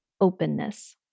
Openness